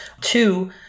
Two